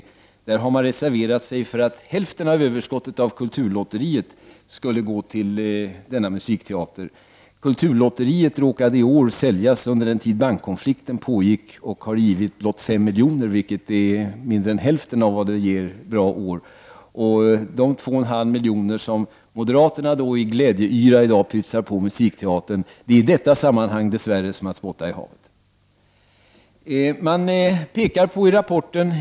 Moderaterna har reserverat sig för att hälften av överskottet av kulturlotteriet skulle gå till denna musikteater. Kulturlotteriet råkade i år säljas under den tid bankkonflikten pågick och har givit blott 5 miljoner, vilket är mindre än hälften av vad det ger goda år. De 2,5 miljoner som moderaterna i glädjeyra i dag pytsar på musikteatern är i detta sammanhang dess värre som att spotta i havet.